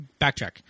backtrack